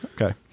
Okay